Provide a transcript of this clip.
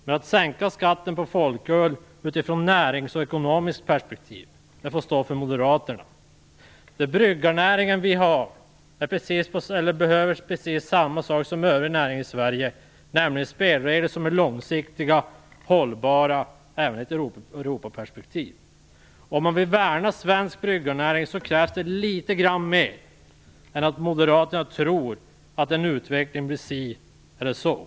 Men att sänka skatten på folköl utifrån ett näringsekonomiskt perspektiv får stå för moderaterna. Bryggarnäringen behöver precis samma saker som övriga näringar i Sverige, nämligen spelregler som är långsiktiga och hållbara även i ett Europaperspektiv. Om moderaterna vill värna om svensk bryggerinäring krävs det litet grand mer än en tro på att utvecklingen blir si eller så.